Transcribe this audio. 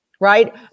right